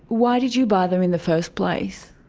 why did you buy them in the first place?